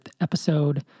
episode